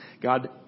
God